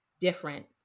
different